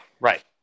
Right